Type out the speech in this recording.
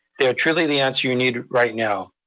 they are truly the answer you need right now.